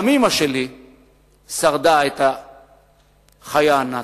גם אמא שלי שרדה את החיה הנאצית.